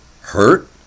hurt